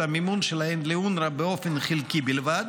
המימון שלהן לאונר"א באופן חלקי בלבד,